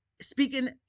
Speaking